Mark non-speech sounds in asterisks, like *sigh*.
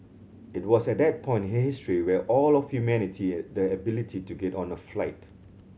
it was at that point *unintelligible* history where all of humanity the ability to get on a flight